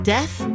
Death